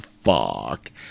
fuck